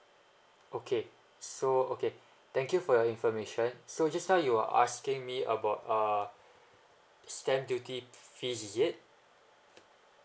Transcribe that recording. okay so okay thank you for your information so just now you're asking me about uh stamp duty fees is it